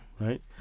Right